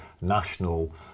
national